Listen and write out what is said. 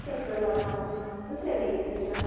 कितें करूं आतां हांव दुसरें लेगीन चोयता